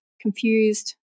confused